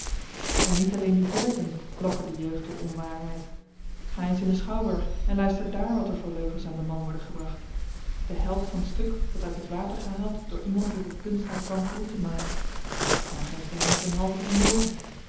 en niet alleen die verzen lokken de jeugd tot onwaarheid ga eens in den schouwburg en luister dààr wat er voor leugens aan den man worden gebracht de held van t stuk wordt uit het water gehaald door iemand die op t punt staat bankroet te maken dan geeft hy hem zyn halve vermogen